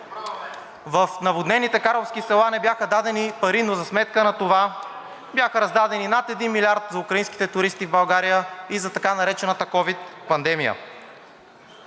В наводнените карловски села не бяха дадени пари, но за сметка на това бяха раздадени над 1 милиард за украинските туристи в България и за така наречената ковид пандемия.